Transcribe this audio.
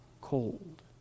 cold